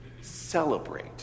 celebrate